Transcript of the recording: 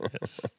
Yes